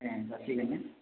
ranger फैगोन ना